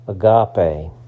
agape